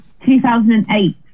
2008